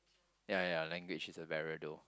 ya ya language is a barrier though